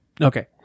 okay